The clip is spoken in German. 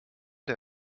der